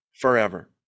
forever